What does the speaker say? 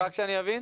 שאבין?